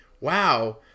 Wow